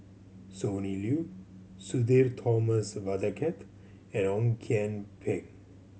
Sonny Liew Sudhir Thomas Vadaketh and Ong Kian Peng